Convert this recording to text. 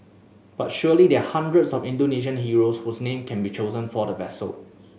but surely there are hundreds of Indonesian heroes whose name can be chosen for the vessel